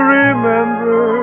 remember